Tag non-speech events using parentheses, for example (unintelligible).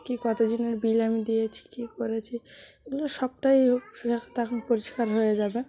কী কত দিনের বিল আমি দিয়েছি কী করেছি এগুলো সবটাই (unintelligible) তখন পরিষ্কার হয়ে যাবে